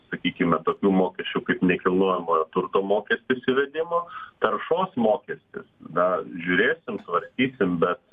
sakykime tokių mokesčių kaip nekilnojamojo turto mokestis įvedimo taršos mokestis na žiūrėsim svarstysim bet